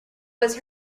was